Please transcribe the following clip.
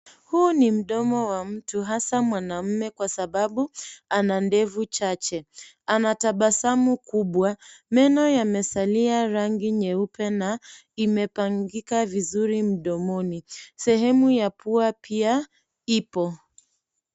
Huu ni mdomo wa mtu, hasaa mwanaume kwa sababu, ana ndevu chache. Ana tabasamu kubwa, meno yamesalia rangi nyeupe na imepangika vizuri mdomoni. Sehemu ya pua pia ipo.